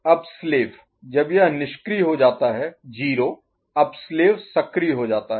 अब स्लेव जब यह निष्क्रिय हो जाता है 0 अब स्लेव सक्रिय हो जाता है